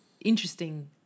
interesting